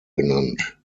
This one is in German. genannt